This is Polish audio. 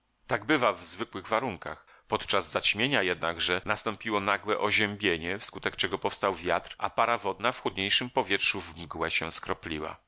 tak bywa w zwykłych warunkach podczas zaćmienia jednakże nastąpiło nagłe oziębienie wskutek czego powstał wiatr a para wodna w chłodniejszym powietrzu